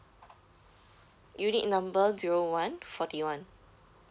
unit number zero one forty one